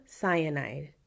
cyanide